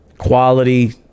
quality